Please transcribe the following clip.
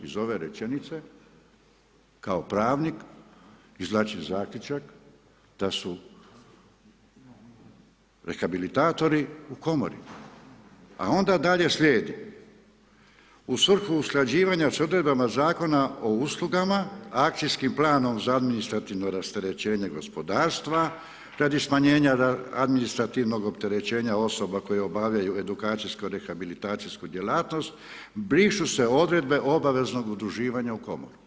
Iz ove rečenice, kao pravnik izvlačim zaključak da su rehabilitatori u komori, a onda dalje slijedi, u svrhu usklađivanja s odredbama zakona o uslugama akcijskim planom za administrativno rasterećenje gospodarstva radi smanjenja administrativnog opterećenja osoba koje obavljaju edukacijsko rehabilitacijsku djelatnost brišu se obveze obaveznog udruživanja u komoru.